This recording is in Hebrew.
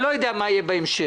אני לא יודע מה יהיה בהמשך,